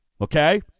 Okay